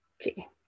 Okay